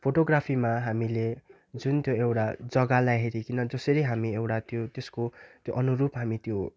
फोटोग्राफीमा हामीले जुन त्यो एउटा जग्गालाई हेरिकन जसरी हामी एउटा त्यो त्यसको त्यो अनुरूप हामी त्यो